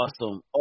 awesome